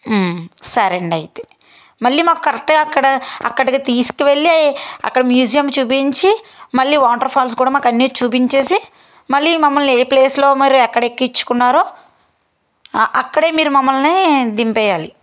సరే అండి అయితే మళ్ళీ మాకు కరెక్ట్గా అక్కడ అక్కడికి తీసుకువెళ్ళి అక్కడ మ్యూజియం చూపించి మళ్ళీ వాటర్ ఫాల్స్ కూడా మాకు అన్నీ చూపించి మళ్ళీ మమ్మల్ని ఏ ప్లేస్లో మీరు ఎక్కడ ఎక్కించుకున్నారో అక్కడ మీరు మమ్మల్ని దింపేయాలి